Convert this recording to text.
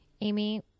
Amy